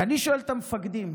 ואני שואל את המפקדים: